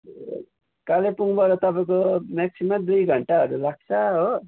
कालेबुङबाट तपाईँको म्याक्सिमम दुई घन्टाहरू लाग्छ हो